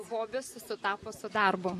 hobis sutapo su darbu